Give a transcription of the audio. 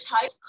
type